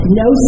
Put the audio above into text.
no